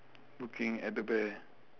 looking at the bear